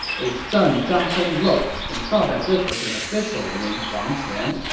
a stunned zhang song looked and saw that this was an official named huang quan,